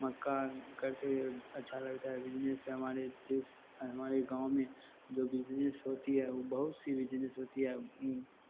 मक्का करते अच्छा लगता है बिजनेस से हमारे देश हमारे गाँव में जो बिजनेस होती है वह बहुत सी बिजनेस होती है उ